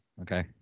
okay